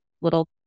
little